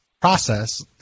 process